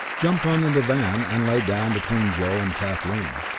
jumped on the divan and lay down between joe and kathleen.